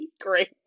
great